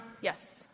Yes